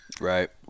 right